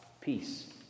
peace